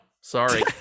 Sorry